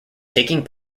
taking